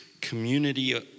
community